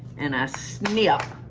and i snip.